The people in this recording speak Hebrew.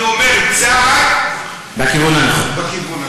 אני אומר: צעד בכיוון הנכון.